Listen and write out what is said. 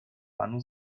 panu